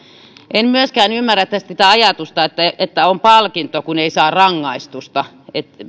en myöskään ymmärrä tässä sitä ajatusta että on palkinto kun ei saa rangaistusta